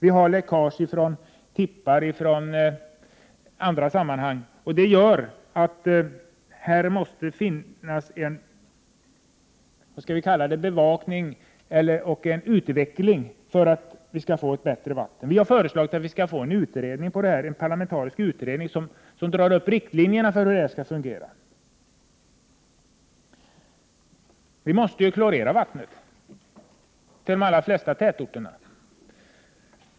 Vi har läckage från tippar och annat. Här måste ske en utveckling för att vi skall få bättre vatten. Vi har föreslagit en parlamentarisk utredning, som skall dra upp riktlinjerna för hur vattenförsörjningen skall fungera. Vi måste ju klorera vattnet i de allra flesta tätorter.